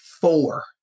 four